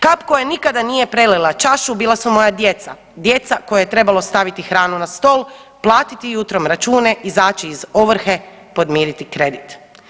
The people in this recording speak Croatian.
Kap koja nikada nije prelila čašu, bila su moja djeca, djeca kojoj je trebalo staviti hranu na stol, platiti jutrom račune, izaći iz ovrhe, podmiriti kredit.